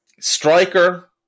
Striker